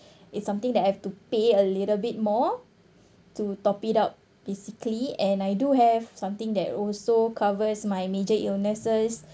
it's something I have to pay a little bit more to top it up basically and I do have something that also covers my major illnesses